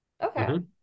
Okay